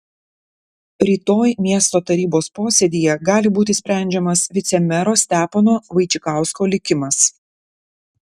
rytoj miesto tarybos posėdyje gali būti sprendžiamas vicemero stepono vaičikausko likimas